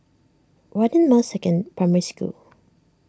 Radin Masecond Primary School